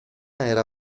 era